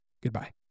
Goodbye